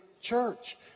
church